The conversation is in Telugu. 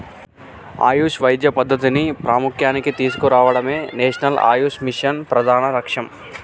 ఆయుష్ వైద్య పద్ధతిని ప్రాముఖ్య్యానికి తీసుకురావడమే నేషనల్ ఆయుష్ మిషన్ ప్రధాన లక్ష్యం